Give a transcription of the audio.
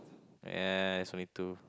ya it's only two